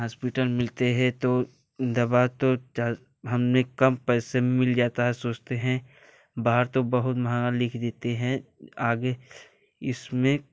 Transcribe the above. hospital मिलते हैं तो दवा तो चल हमने कम पैसे मिल जाता है सोचते हैं बाहर तो बहुत महंगा लिख देते हैं आगे इसमें